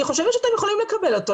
אני חושבת שאתם יכולים לקבל אותו,